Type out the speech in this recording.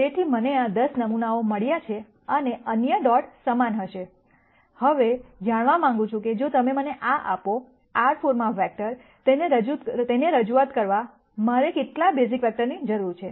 તેથી મને આ 10 નમૂનાઓ મળ્યા છે અને અન્ય ડોટ્સ સમાન હશે હવે જાણવા માંગુ છું કે જો તમે મને આ આપો R 4 માં વેક્ટર તેને રજૂઆત કરવાની મારે કેટલા બેઝિક વેક્ટર્સની જરૂર છે